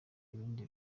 ibindi